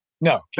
No